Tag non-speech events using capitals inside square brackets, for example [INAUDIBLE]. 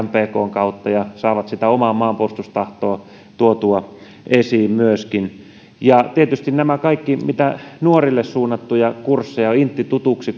[UNINTELLIGIBLE] mpkn kautta ja saavat sitä omaa maanpuolustustahtoaan tuotua esiin myöskin ja tietysti on nämä kaikki nuorille suunnatut kurssit intti tutuksi [UNINTELLIGIBLE]